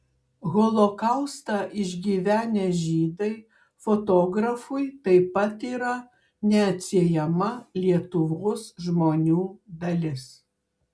holokaustą išgyvenę žydai fotografui taip pat yra neatsiejama lietuvos žmonių dalis